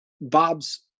Bob's